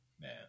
Man